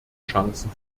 chancen